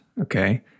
Okay